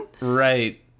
Right